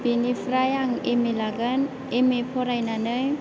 बेनिफ्राय आं M A लागोन एम ए फरायनानै